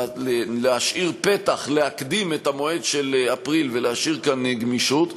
להשאיר פתח להקדים את המועד של אפריל ולהשאיר כאן גמישות,